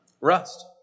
Rust